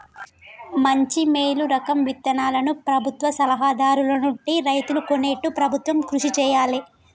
మంచి మేలు రకం విత్తనాలను ప్రభుత్వ సలహా దారుల నుండి రైతులు కొనేట్టు ప్రభుత్వం కృషి చేయాలే